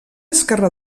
esquerra